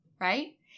right